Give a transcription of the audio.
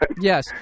Yes